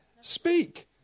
speak